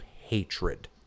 hatred